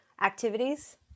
activities